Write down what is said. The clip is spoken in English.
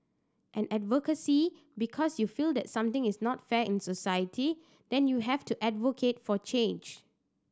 and advocacy because you feel that something is not fair in society then you have to advocate for change